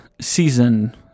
season